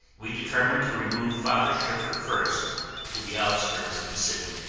we determine to remove father schiffer first to the outskirts of the city.